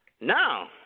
No